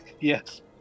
Yes